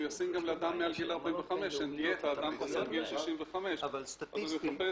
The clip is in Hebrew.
היא ישימה גם לאדם מעל גיל 45 --- אבל סטטיסטית --- רבותיי,